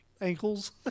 ankles